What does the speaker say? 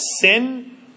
sin